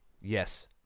yes